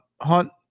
hunt